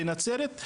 בנצרת,